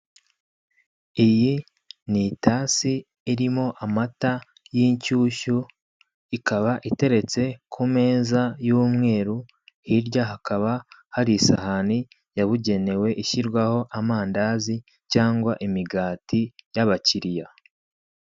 Iyi ni itasi irimo amata y'inshyushyu, ikaba iteretse ku meza y'umweru, hirya hakaba hari isahani yabugenewe ishyirwaho amandazi cyangwa imigati y'abakiriya.